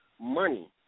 money